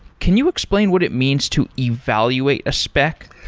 can you explain what it means to evaluate a spec?